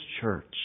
church